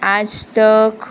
Aaj Tak